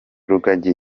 rugagi